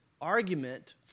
argument